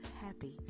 happy